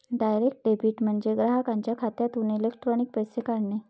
direct debit म्हणजे ग्राहकाच्या खात्यातून इलेक्ट्रॉनिक पैसे काढणे